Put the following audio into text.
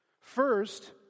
First